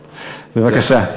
בבקשה.